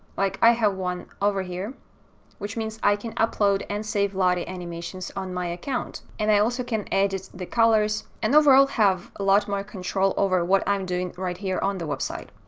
like i have one over here which means i can upload and save lottie animations on my account and i also can edit the colors and overall have a lot more control over what i'm doing right here on the website.